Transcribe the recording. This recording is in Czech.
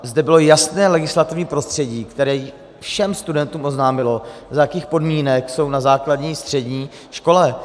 Zde bylo jasné legislativní prostředí, které všem studentům oznámilo, za jakých podmínek jsou na základní, střední škole.